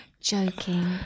Joking